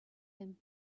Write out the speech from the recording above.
him